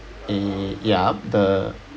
err ya the